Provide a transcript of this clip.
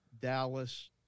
Dallas